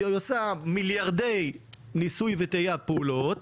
היא עושה מיליארדי פעולות